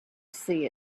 see